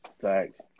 Thanks